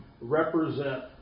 represent